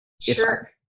Sure